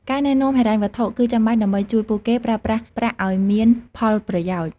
ការណែនាំហិរញ្ញវត្ថុគឺចាំបាច់ដើម្បីជួយពួកគេប្រើប្រាស់ប្រាក់ឱ្យមានផលប្រយោជន៍។